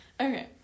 Okay